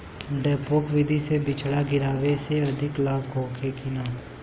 डेपोक विधि से बिचड़ा गिरावे से अधिक लाभ होखे की न?